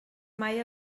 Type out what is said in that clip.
mai